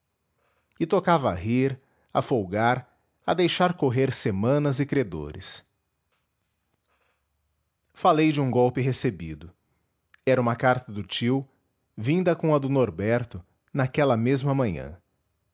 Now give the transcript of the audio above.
e tocava a rir a folgar a deixar correr semanas e credores falei de um golpe recebido era uma carta do tio vinda com a do norberto naquela mesma manhã